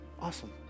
Awesome